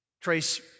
trace